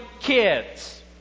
kids